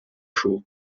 show